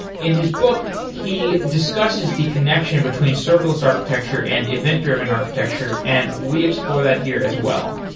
in his book, he discusses the connection between serverless architecture and event-driven architecture and we explore that here as well.